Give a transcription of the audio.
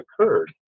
occurred